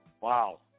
Wow